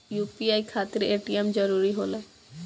UPI खातिर ATM जरूरी होला?